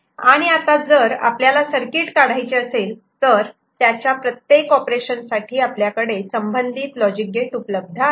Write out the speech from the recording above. A C' आणि आता जर आपल्याला सर्किट काढायचे असेल तर त्याच्या प्रत्येक ऑपरेशन साठी आपल्याकडे संबंधित लॉजिक गेट उपलब्ध आहे